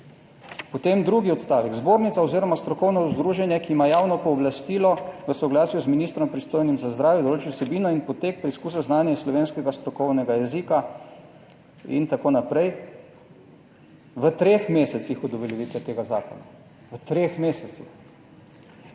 Potem drugi odstavek, zbornica oziroma strokovno združenje, ki ima javno pooblastilo, v soglasju z ministrom, pristojnim za zdravje, določi vsebino in potek preizkusa znanja iz slovenskega strokovnega jezika in tako naprej v treh mesecih od uveljavitve tega zakona, v treh mesecih.